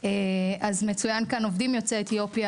אז מצוין כאן עובדים יוצאי אתיופיה